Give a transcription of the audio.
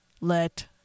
let